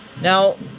Now